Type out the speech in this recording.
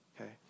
okay